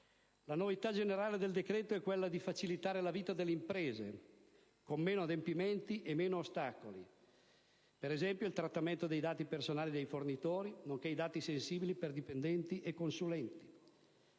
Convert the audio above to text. La novità generale del decreto è quella di facilitare la vita delle imprese con meno adempimenti e meno ostacoli (ad esempio, il trattamento dei dati personali dei fornitori nonché i dati sensibili per dipendenti e consulenti).